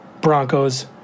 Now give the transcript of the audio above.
Broncos